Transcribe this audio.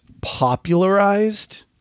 popularized